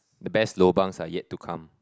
the best lobangs are yet to come